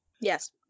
Yes